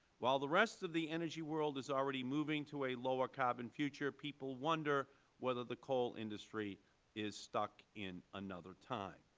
while the rest of the energy world is already moving to a lower carbon future, people wonder whether the coal industry is stuck in another time.